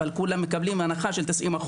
אבל כולם מקבלים הנחה של 90%,